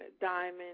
Diamond